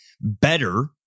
better